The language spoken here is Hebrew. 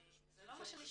זה לא מה שאני שואלת.